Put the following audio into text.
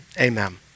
amen